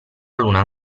luna